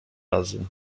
razy